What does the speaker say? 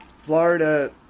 Florida